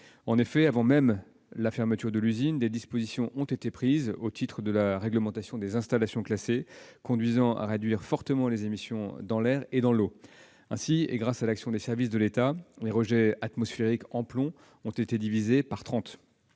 En effet, avant même la fermeture de l'usine, des dispositions ont été prises, au titre de la réglementation des installations classées, conduisant à réduire fortement les émissions dans l'air et dans l'eau. Ainsi, grâce à l'action des services de l'État, les rejets atmosphériques en plomb ont été divisés par